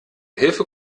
hilfe